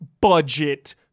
budget